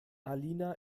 alina